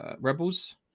Rebels